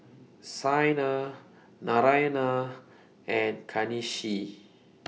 Saina Naraina and Kanshi